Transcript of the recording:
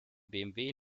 bmw